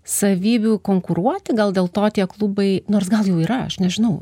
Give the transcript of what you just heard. savybių konkuruoti gal dėl to tie klubai nors gal jau yra aš nežinau